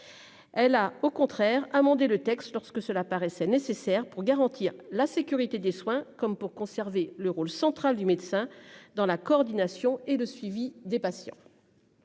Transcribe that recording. Elle a au contraire amender le texte lorsque cela paraissait nécessaire pour garantir la sécurité des soins comme pour conserver le rôle central du médecin dans la coordination et de suivi des patients.